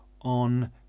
on